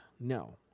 No